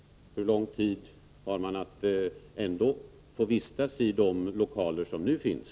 Hur lång tid har man att ändå behöva vistas i de lokaler som nu finns?